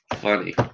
Funny